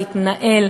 להתנהל.